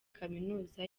kaminuza